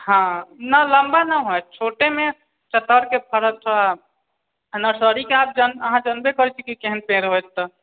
हॅं ने लम्बा ने होयत छोटे मे चतरि के फड़त तऽ अ नर्सरी के आब अहाँ जनबे करै छी कि केहन पेड़ होइत तऽ